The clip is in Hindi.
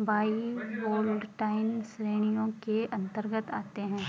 बाइवोल्टाइन श्रेणियों के अंतर्गत आते हैं